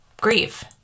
grieve